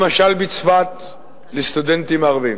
למשל בצפת לסטודנטים ערבים.